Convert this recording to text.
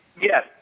Yes